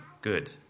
good